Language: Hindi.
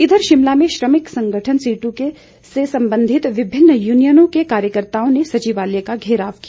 इधर शिमला में श्रमिक संगठन सीट् से संबंधित विभिन्न यूनियनों के कार्यकर्ताओं ने सचिवालय का घेराव किया